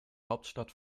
hauptstadt